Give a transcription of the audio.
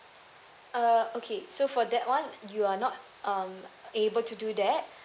uh okay so for that one you are not um able to do that